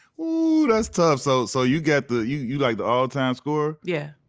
ooo that's tough. so so you got the, you you like the all time scorer? yeah,